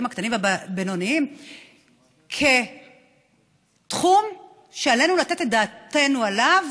הקטנים והבינוניים כתחום שעלינו לתת את דעתנו עליו